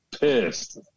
pissed